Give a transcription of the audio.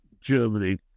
Germany